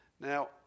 Now